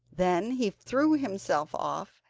then he threw himself off,